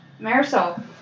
Marisol